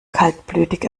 kaltblütig